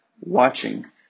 watching